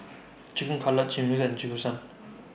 Chicken Cutlet Chimichangas and Jingisukan